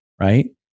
Right